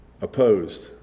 Opposed